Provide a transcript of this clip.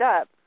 up